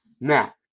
Now